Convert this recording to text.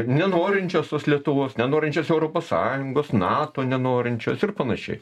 nenorinčios tos lietuvos nenorinčios europos sąjungos nato nenorinčios ir panašiai